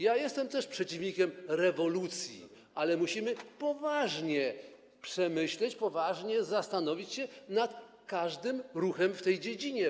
Ja też jestem przeciwnikiem rewolucji, ale musimy to poważnie przemyśleć, poważnie zastanowić się nad każdym ruchem w tej dziedzinie.